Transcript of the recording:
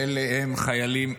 אלה הם חיילים,